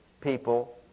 people